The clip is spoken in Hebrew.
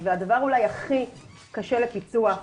והדבר אולי הכי קשה לפיצוח,